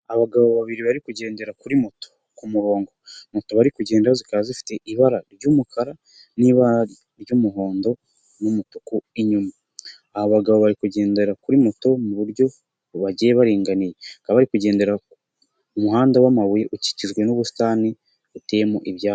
Abagabo babiri bari kugendera kuri moto ku murongo, moto bari kugendaho zikaba zifite ibara ry'umukara n'ibara ry'umuhondo n'umutuku inyuma, aba bagabo bari kugendera kuri moto mu buryo bagiye baringaniye, baka bariri kugendera ku muhanda w'amabuye ukikijwe n'ubusitani, buteyemo ibyatsi.